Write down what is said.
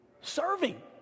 Serving